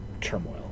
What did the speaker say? turmoil